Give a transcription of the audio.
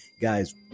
Guys